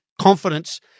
confidence